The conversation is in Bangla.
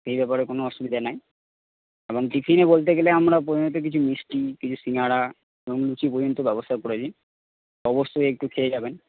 সেই ব্যাপারে কোন অসুবিধা নাই এবং টিফিনে বলতে গেলে আমরা প্রধানত কিছু মিষ্টি কিছু শিঙাড়া লুচি পর্যন্ত ব্যবস্থা করেছি অবশ্যই একটু খেয়ে যাবেন